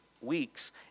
weeks